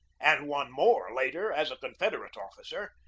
and won more later as a con federate officer,